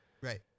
Right